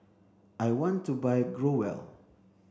I want to buy Growell